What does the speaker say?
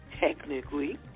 technically